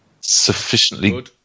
sufficiently